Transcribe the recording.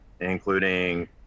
including